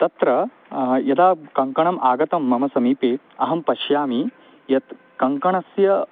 तत्र यदा कङ्कणम् आगतं मम समीपे अहं पश्यामि यत् कङ्कणस्य